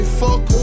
fuck